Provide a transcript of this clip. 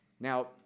Now